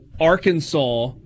Arkansas